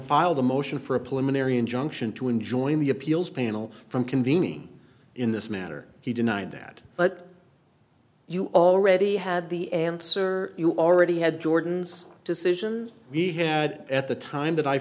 filed a motion for a policeman area injunction to enjoin the appeals panel from convening in this matter he denied that but you already had the answer you already had jordan's decision he had at the time that i